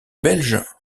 belge